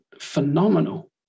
phenomenal